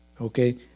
Okay